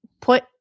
put